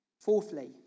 Fourthly